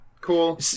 Cool